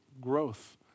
growth